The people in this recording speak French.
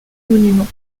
monument